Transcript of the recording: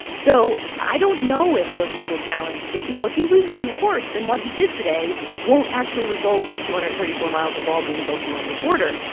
so i don't know if the legal challenge you know, if he loses in the courts, then what he did today won't actually result in two hundred and thirty four miles of wall being built along the border.